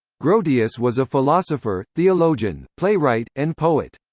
grotius was a philosopher, theologian, playwright, and poet.